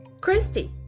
Christy